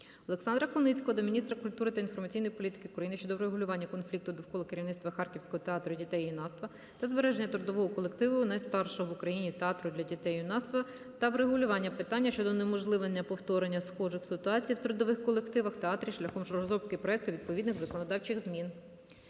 Олександра Куницького до міністра культури та інформаційної політики України щодо врегулювання конфлікту довкола керівництва Харківського театру дітей і юнацтва, та збереження трудового колективу найстаршого в Україні театру для дітей і юнацтва, та врегулювання питання щодо унеможливлення повторення схожих ситуацій в трудових колективах театрів, шляхом розробки проекту відповідних законодавчих змін.